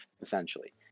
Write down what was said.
essentially